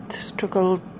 struggle